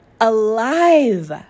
alive